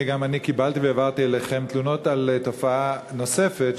גם אני קיבלתי והעברתי אליכם תלונות על תופעה נוספת,